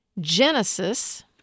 Genesis